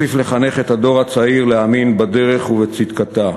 נוסיף לחנך את הדור הצעיר להאמין בדרך ובצדקתה,